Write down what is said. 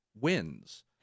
wins